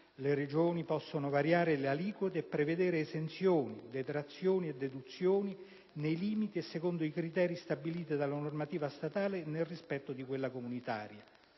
le Regioni possono variare le aliquote e prevedere esenzioni, detrazioni e deduzioni nei limiti e secondo i criteri stabiliti dalla normativa statale e nel rispetto di quella comunitaria.